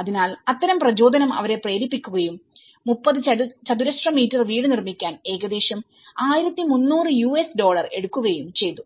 അതിനാൽ അത്തരം പ്രചോദനം അവരെ പ്രേരിപ്പിക്കുകയും 30 ചതുരശ്ര മീറ്റർ വീട് നിർമ്മിക്കാൻ ഏകദേശം 1300 യുഎസ് ഡോളർ എടുക്കുകയും ചെയ്തു